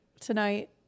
tonight